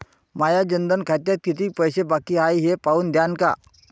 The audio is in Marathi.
माया जनधन खात्यात कितीक पैसे बाकी हाय हे पाहून द्यान का?